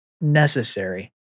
necessary